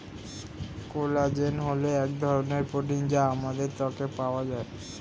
collagen হল এক ধরনের প্রোটিন যা আমাদের ত্বকে পাওয়া যায়